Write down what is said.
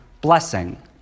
blessing